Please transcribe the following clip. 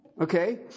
Okay